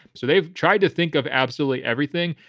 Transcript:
so they've tried to think of absolutely everything.